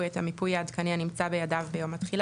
את המיפוי העדכני הנמצא בידיו ביום התחילה,